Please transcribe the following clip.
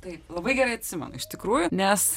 tai labai gerai atsimenu iš tikrųjų nes